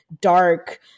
dark